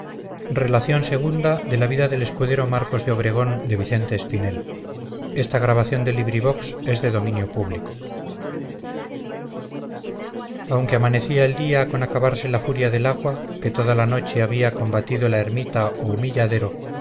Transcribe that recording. aunque amanecía el día con acabarse la furia del agua que toda la noche había combatido la ermita o humilladero